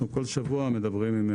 אנחנו כל שבוע מדברים.